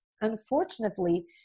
unfortunately